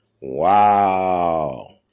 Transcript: Wow